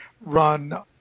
run